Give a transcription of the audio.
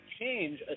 change